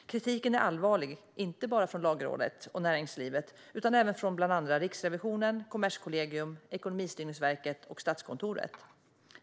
Kritiken är allvarlig, inte bara från Lagrådet och näringslivet utan även från bland andra Riksrevisionen, Kommerskollegium, Ekonomistyrningsverket och Statskontoret.